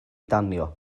danio